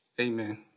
Amen